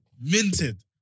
Minted